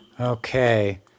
Okay